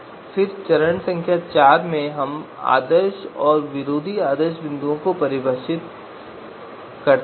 फिर चरण 4 में हम आदर्श और विरोधी आदर्श बिंदुओं को परिभाषित करते हैं और एक बार ऐसा करने के बाद हम प्रत्येक विकल्प के लिए गणना करते हैं